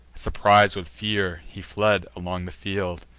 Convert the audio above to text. surpris'd with fear, he fled along the field,